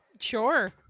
sure